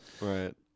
Right